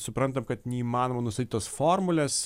suprantam kad neįmanoma nustatyt tos formulės